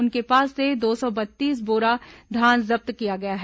उनके पास से दो सौ बत्तीस बोरा धान जब्त किया गया है